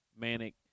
manic